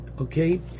Okay